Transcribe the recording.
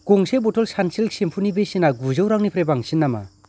गंसे बथल सान्सिल्क सेम्फुनि बेसेना गुजौ रांनिफ्राय बांसिन नामा